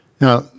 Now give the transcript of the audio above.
Now